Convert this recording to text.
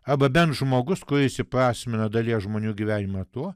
arba bent žmogus kuris įprasmino dalies žmonių gyvenimą tuo